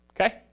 okay